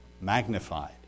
magnified